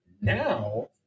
Now